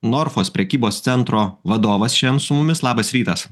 norfos prekybos centro vadovas šiandien su mumis labas rytas